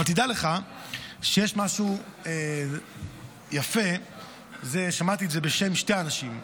אבל תדע שיש משהו יפה, שמעתי את זה בשם שני אנשים,